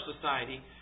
society